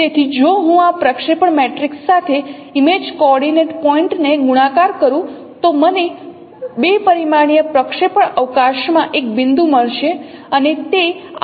તેથી જો હું આ પ્રક્ષેપણ મેટ્રિક્સ સાથે ઇમેજ કોઓર્ડિનેંટ પોઇન્ટ ને ગુણાકાર કરું તો મને 2 પરિમાણીય પ્રક્ષેપણ અવકાશમાં એક બિંદુ મળશે અને તે આ ફોર્મમાં આ રીતે છે